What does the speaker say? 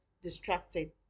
distracted